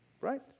right